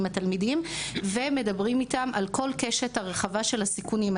התלמידים ומדברים אתם על כל הקשת הרחבה של הסיכונים.